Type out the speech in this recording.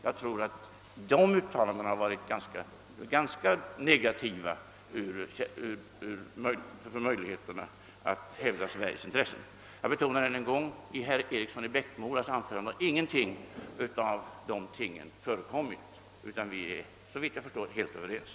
Jag tror att dessa uttalanden inverkat ganska negativt när det gällt möjligheterna att hävda Sveriges intressen. Jag betonar ännu en gång att ingenting av dessa saker förekommer i herr Erikssons i Bäckmora anförande, utan vi är såvitt jag förstår helt överens.